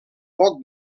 poc